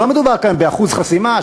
לא מדובר כאן באחוז חסימה,